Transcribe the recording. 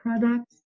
Products